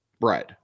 bread